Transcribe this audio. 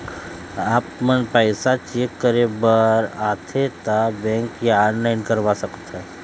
आपमन पैसा चेक करे बार आथे ता बैंक या ऑनलाइन करवा सकत?